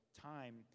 time